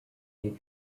new